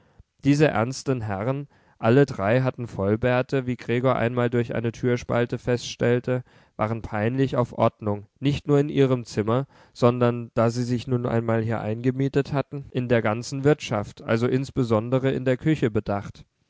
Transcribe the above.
diese ernsten herren alle drei hatten vollbärte wie gregor einmal durch eine türspalte feststellte waren peinlich auf ordnung nicht nur in ihrem zimmer sondern da sie sich nun einmal hier eingemietet hatten in der ganzen wirtschaft also insbesondere in der küche bedacht